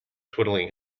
twiddling